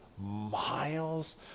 miles